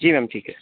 जी ma'am ठीक है